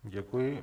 Děkuji.